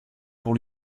pour